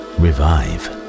revive